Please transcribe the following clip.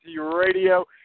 Radio